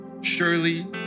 Surely